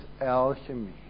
alchemy